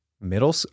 middle